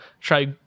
try